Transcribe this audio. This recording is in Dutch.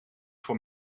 voor